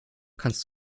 kannst